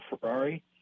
Ferrari